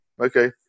okay